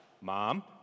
Mom